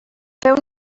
feu